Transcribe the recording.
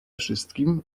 wszystkim